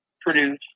produce